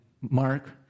Mark